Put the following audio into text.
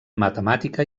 matemàtica